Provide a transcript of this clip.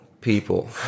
people